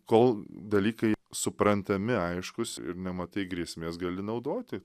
kol dalykai suprantami aiškūs ir nematai grėsmės gali naudoti